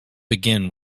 begin